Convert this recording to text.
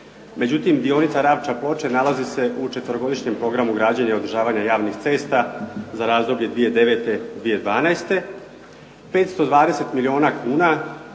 Međutim, dionica Ravča – Ploče nalazi se u četverogodišnjem programu građenja i održavanja javnih cesta za razdoblje 2009., 20102.